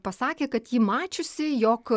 pasakė kad ji mačiusi jog